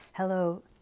Hello